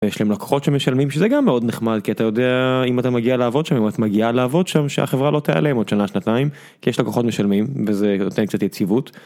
יש להם לקוחות שמשלמים שזה גם מאוד נחמד כי אתה יודע אם אתה מגיע לעבוד שם אם את מגיעה לעבוד שם שהחברה לא תיעלם עוד שנה שנתיים. כי יש לקוחות משלמים וזה נותן קצת יציבות קצת ...